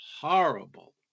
horrible